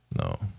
No